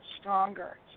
stronger